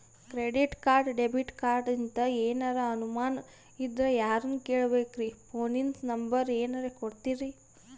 Credit card, debit ಕಾರ್ಡಿಂದ ಏನರ ಅನಮಾನ ಇದ್ರ ಯಾರನ್ ಕೇಳಬೇಕ್ರೀ, ಫೋನಿನ ನಂಬರ ಏನರ ಕೊಡ್ತೀರಿ?